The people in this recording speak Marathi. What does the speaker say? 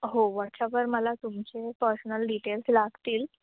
हो वॉट्सअपवर मला तुमचे पर्सनल डिटेल्स लागतील